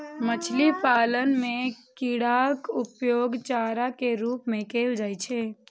मछली पालन मे कीड़ाक उपयोग चारा के रूप मे कैल जाइ छै